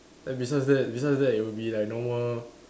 then besides that besides that it'll be like normal